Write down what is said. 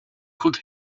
could